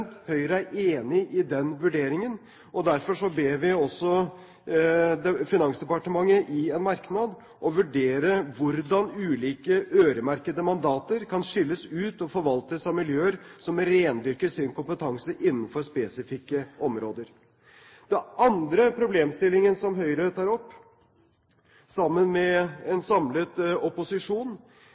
Høyre er enig i den vurderingen. Derfor ber vi også Finansdepartementet i en merknad å vurdere hvordan ulike øremerkede mandater kan skilles ut og forvaltes av miljøer som rendyrker sin kompetanse innenfor spesifikke områder. Den andre problemstillingen som Høyre tar opp, sammen med en samlet opposisjon,